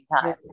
time